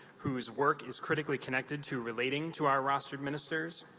whose work is critically connected to relating to our rostered ministers.